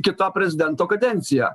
kito prezidento kadenciją